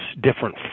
different